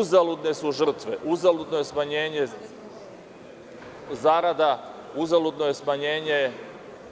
Uzaludne su žrtve, uzaludno je smanjenje zarada, uzaludno je smanjenje